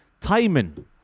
Timing